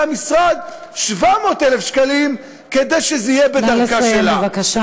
המשרד 700,000 שקלים כדי שזה יהיה בדרכה שלה.